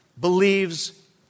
believes